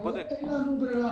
אין לנו ברירה,